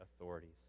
authorities